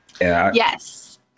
Yes